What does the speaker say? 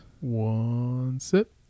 One-sip